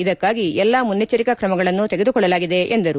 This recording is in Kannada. ಇದಕ್ಕಾಗಿ ಎಲ್ಲ ಮುನ್ನೆಚ್ಚರಿಕಾ ಕ್ರಮಗಳನ್ನು ತೆಗೆದುಕೊಳ್ಳಲಾಗಿದೆ ಎಂದರು